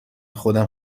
خودم